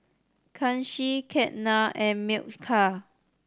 Kanshi Ketna and Milkha